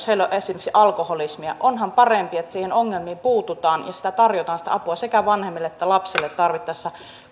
jos heillä on esimerkiksi alkoholismia niin onhan parempi että niihin ongelmiin puututaan ja sitä apua tarjotaan sekä vanhemmille että lapsille tarvittaessa